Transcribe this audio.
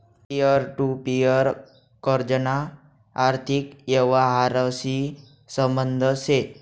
peer to peer कर्जना आर्थिक यवहारशी संबंध शे